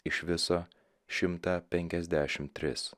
iš viso šimtą penkiasdešim tris